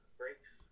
breaks